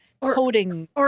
coding